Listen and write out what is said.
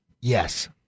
Yes